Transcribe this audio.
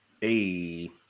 Hey